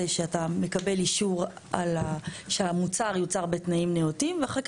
זה שאתה מקבל אישור שהמוצר יוצר בתנאים נאותים ואחר